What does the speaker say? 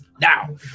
now